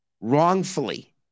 wrongfully